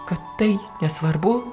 kad tai nesvarbu